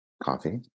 Coffee